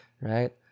right